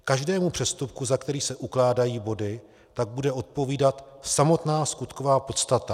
Každému přestupku, za který se ukládají body, tak bude odpovídat samotná skutková podstata.